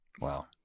Wow